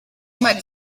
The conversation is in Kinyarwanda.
imana